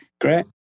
Great